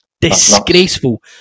Disgraceful